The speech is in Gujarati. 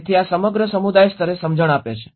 તેથી આ સમગ્ર સમુદાય સ્તરે સમજણ આપે છે